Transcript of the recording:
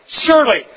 surely